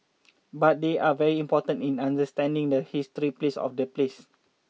but they are very important in understanding the history of the place